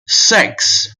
six